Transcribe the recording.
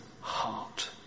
heart